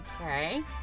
Okay